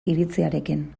iritziarekin